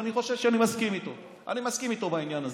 ואני מסכים איתו בעניין הזה,